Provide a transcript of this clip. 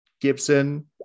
Gibson